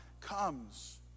comes